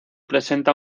presenta